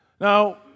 Now